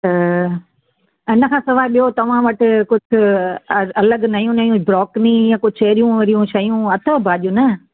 त इन खां सवाइ ॿियो तव्हां वटि कुझु अलॻि नयूं नयूं ब्रोकनी या कुझु अहिड़ियूं वेड़ियूं शयूं अथव भाॼियूं न